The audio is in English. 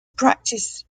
practice